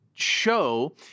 Show